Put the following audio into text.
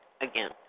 again